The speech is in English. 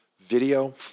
Video